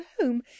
home